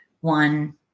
one